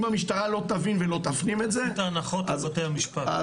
אם המשטרה לא תבין ולא תפנים את זה --- הנחות של בתי המשפט.